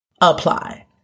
apply